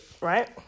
right